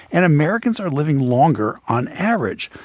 and americans are living longer, on average.